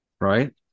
right